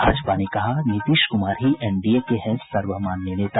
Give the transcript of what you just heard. भाजपा ने कहा नीतीश कुमार ही एनडीए के हैं सर्वमान्य नेता